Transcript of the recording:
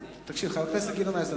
חבר הכנסת גדעון עזרא,